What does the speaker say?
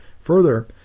Further